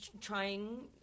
trying